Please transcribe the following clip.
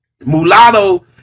Mulatto